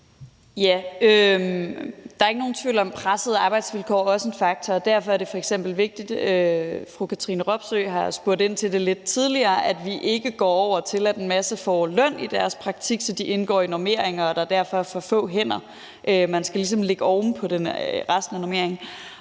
Der er ikke nogen tvivl om, at pressede arbejdsvilkår også er en faktor. Derfor er det f.eks. vigtigt – fru Katrine Robsøe har spurgt ind til det lidt tidligere – at vi ikke går over til, at en masse får løn i deres praktik, så de indgår i normeringer, og at der derfor er for få hænder. Man skal ligesom lægge det oven på resten af normeringen.